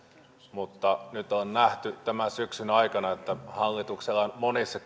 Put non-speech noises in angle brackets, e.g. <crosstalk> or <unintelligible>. mutta nyt on nähty tämän syksyn aikana että hallituksella on monissa <unintelligible>